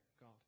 God